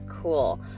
cool